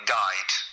died